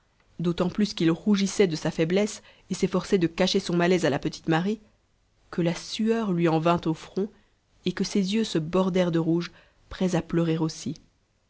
d'autant plus qu'il rougissait de sa faiblesse et s'efforçait de cacher son malaise à la petite marie que la sueur lui en vint au front et que ses yeux se bordèrent de rouge prêts à pleurer aussi